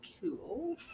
cool